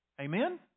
Amen